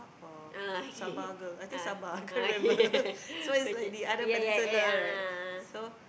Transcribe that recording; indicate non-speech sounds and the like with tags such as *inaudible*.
ah okay ah ah okay *laughs* okay ya ya ya a'ah a'ah